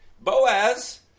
Boaz